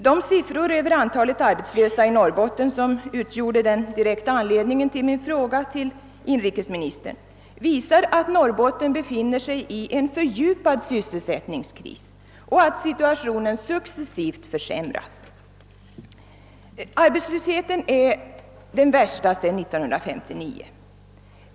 De siffror över antalet arbetslösa i Norrbotten som utgjorde den direkta anledningen till min fråga till inrikesministern visar att Norrbotten befinner sig i en fördjupad sysselsättnings kris och att situationen successivt försämras. Arbetslösheten är den värsta sedan 1959.